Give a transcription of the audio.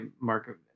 Mark